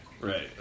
Right